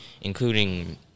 including